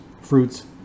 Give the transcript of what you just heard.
fruits